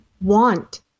want